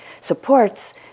supports